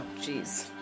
jeez